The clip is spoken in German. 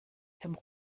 zum